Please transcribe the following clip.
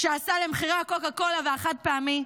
שעשה למחירי הקוקה-קולה והחד-פעמי,